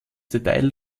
detail